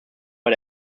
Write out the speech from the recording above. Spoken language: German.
bei